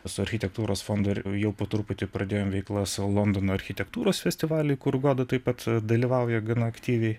su architektūros fondu jau po truputį pradėjom veikla su londono architektūros festivaly kur goda taip pat dalyvauja gana aktyviai